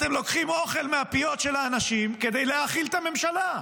אתם לוקחים אוכל מהפיות של האנשים כדי להאכיל את הממשלה.